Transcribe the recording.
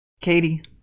Katie